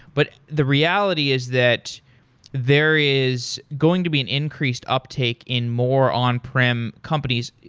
but the reality is that there is going to be an increased uptake in more on prem companies.